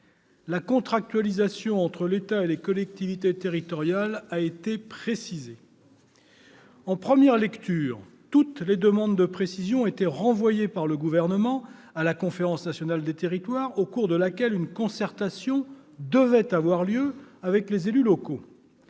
La contractualisation entre l'État et les collectivités territoriales a été précisée. En première lecture, toutes les demandes de précision étaient renvoyées par le Gouvernement à la Conférence nationale des territoires, au cours de laquelle une concertation avec les élus locaux